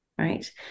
right